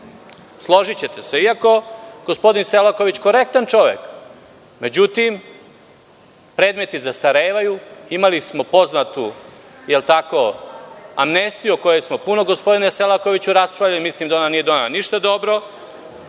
složićete se. Iako je gospodin Selaković korektan čovek, međutim predmeti zastarevaju. Imali smo poznatu amnestiju o kojoj smo puno gospodine Selakoviću raspravljali. Mislim da ona nije donela ništa dobro.